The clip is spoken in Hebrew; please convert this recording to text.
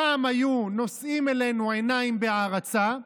פעם היו נושאים אלינו עיניים בהערצה,